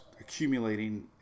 accumulating